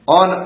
on